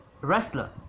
wrestler